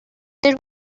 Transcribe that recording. did